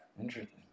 Interesting